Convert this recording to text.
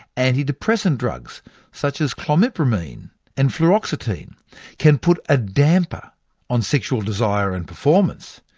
antidepressant drugs such as clomipramine and fluoxetine can put a damper on sexual desire and performance.